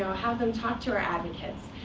so have them talk to our advocates.